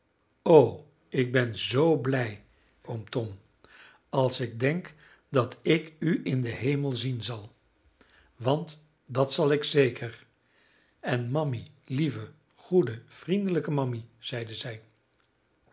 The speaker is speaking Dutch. o ik ben zoo blij oom tom als ik denk dat ik u in den hemel zien zal want dat zal ik zeker en mammy lieve goede vriendelijke mammy zeide zij